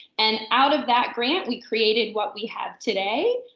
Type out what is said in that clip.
and out of that grant, we created what we have today,